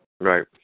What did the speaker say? right